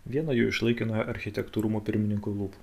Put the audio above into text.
vieną jų iš laikinojo architektų rūmų pirmininko lūpų